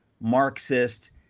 Marxist